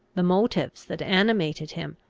the motives that animated him,